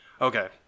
Okay